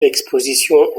exposition